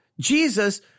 Jesus